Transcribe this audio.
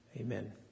Amen